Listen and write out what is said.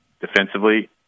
defensively